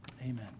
Amen